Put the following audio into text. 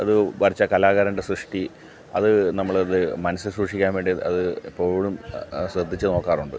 അത് വരച്ച കലാകാരൻ്റെ സൃഷ്ടി അത് നമ്മളത് മനസ്സിൽ സൂക്ഷിക്കാൻ വേണ്ടി അത് എപ്പോഴും ശ്രദ്ധിച്ച് നോക്കാറുണ്ട്